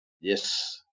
Yes